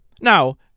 Now